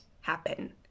happen